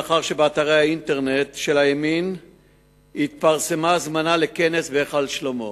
לאחר שבאתרי האינטרנט של הימין התפרסמה הזמנה לכנס ב"היכל שלמה".